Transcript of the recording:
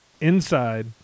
inside